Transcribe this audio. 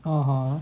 (uh huh)